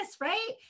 right